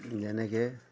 যেনেকৈ